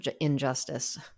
injustice